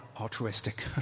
altruistic